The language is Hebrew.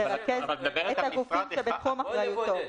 לרכז את הגופים שבתחום אחריותו.